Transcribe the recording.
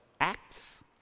Acts